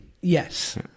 Yes